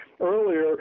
earlier